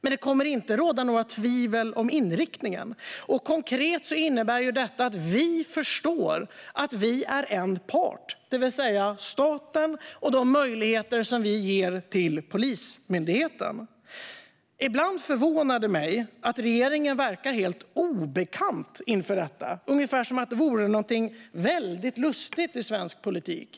Men det kommer inte att råda några tvivel om inriktningen. Konkret innebär detta att vi förstår att vi är en part, det vill säga staten och de möjligheter som vi ger till Polismyndigheten. Ibland förvånar det mig att regeringen verkar helt obekant inför detta, ungefär som om det vore någonting väldigt lustigt i svensk politik.